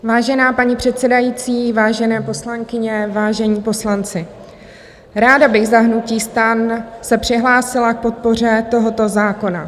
Vážená paní předsedající, vážené poslankyně, vážení poslanci, ráda bych za hnutí STAN se přihlásila k podpoře tohoto zákona.